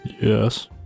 Yes